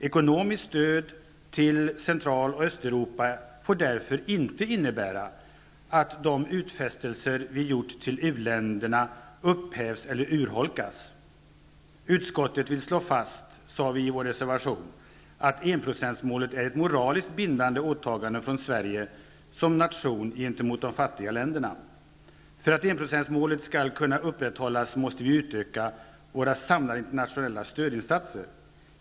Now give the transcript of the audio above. Ekonomiskt stöd till Central och Östeuropa får därför inte innebära att de utfästelser vi gjort till uländerna upphävs eller urholkas. Utskottet vill slå fast att enprocentsmålet är ett moraliskt bindande åtagande från Sverige som nation gentemot de fattiga länderna. För att enprocentsmålet skall kunna upprätthållas måste vi utöka våra samlade internationella stödinsatser.